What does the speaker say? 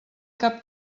cap